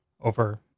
over